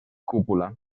cúpula